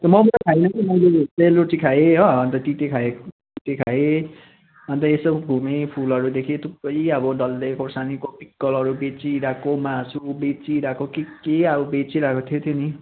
मोमो त खाइनँ कि मैले सेल रोटी खाएँ हो अन्त तिते खाएँ अन्त एसो घुमेँ फुलहरू देखेँ थुप्रै अब डल्ले खोर्सानीको पिक्कलहरू बेचिरहेको मासु बेचिरहेको के के अब बेचिरहेको थियो थियो नि